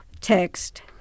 text